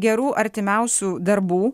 gerų artimiausių darbų